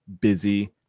busy